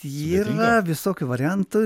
yra visokių variantų